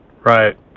Right